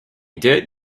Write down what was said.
dirt